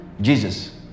Jesus